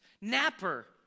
napper